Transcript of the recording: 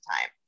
time